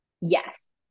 Yes